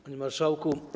Panie Marszałku!